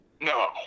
No